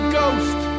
ghost